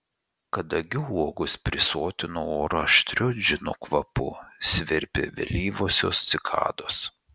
kadagių uogos prisotino orą aštriu džino kvapu svirpė vėlyvosios cikados